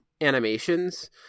animations